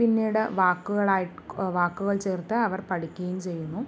പിന്നീട് വാക്കുകളായി വാക്കുകൾ ചേർത്ത് അവർ പഠിക്കുകയും ചെയ്യുന്നു